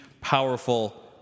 powerful